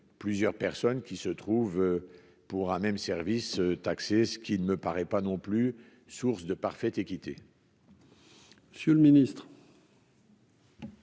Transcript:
plusieurs personnes qui se trouvent pour un même service taxer ce qui ne me paraît pas non plus source de parfaite équité. Monsieur le ministre.